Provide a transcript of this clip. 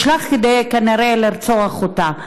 נשלח כנראה כדי לרצוח אותה.